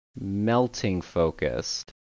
melting-focused